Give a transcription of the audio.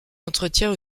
entretiens